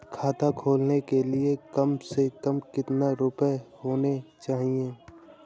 खाता खोलने के लिए कम से कम कितना रूपए होने चाहिए?